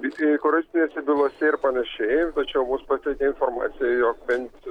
visi korupcinėse bylose ir panašiai tačiau mus pasiekė informacija jog bent